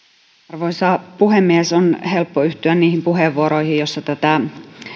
arvoisa puhemies on helppo yhtyä niihin puheenvuoroihin joissa tätä